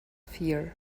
fear